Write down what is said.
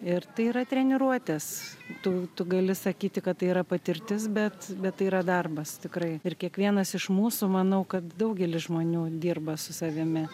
ir tai yra treniruotės tu tu gali sakyti kad tai yra patirtis bet bet tai yra darbas tikrai ir kiekvienas iš mūsų manau kad daugelis žmonių dirba su savimi